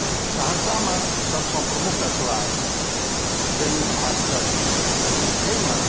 सहरसामे सभसँ प्रमुख अखबार दैनिक भाष्कर अछि जाहिमे